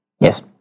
Yes